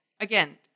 again